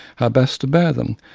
how best to bear them,